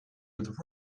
with